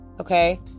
Okay